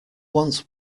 once